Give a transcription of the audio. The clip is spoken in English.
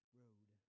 road